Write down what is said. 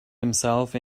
himself